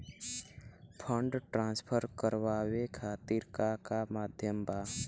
Fund transfer करवाये खातीर का का माध्यम बा?